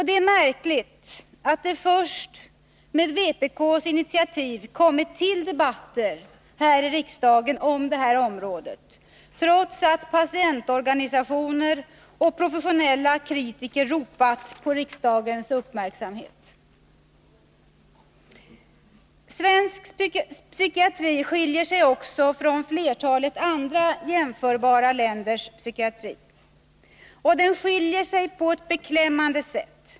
Det är märkligt att det först på vpk:s initiativ har blivit debatt i riksdagen på det här området, trots att patientorganisationer och professionella kritiker ropat på riksdagens uppmärksamhet. Svensk psykiatri skiljer sig också från flertalet andra jämförbara länders psykiatri, och den skiljer sig på ett beklämmande sätt.